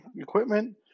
equipment